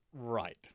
Right